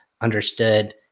understood